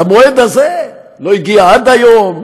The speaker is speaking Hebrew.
והמועד הזה לא הגיע עד היום,